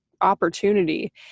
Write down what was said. opportunity